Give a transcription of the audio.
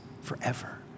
forever